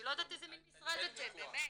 אני לא יודעת איזה מן משרד אתם .באמת.